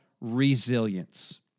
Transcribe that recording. resilience